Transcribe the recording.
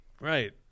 Right